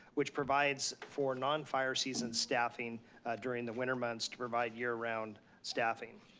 which provides for non-fire season staffing during the winter months to provide year round staffing.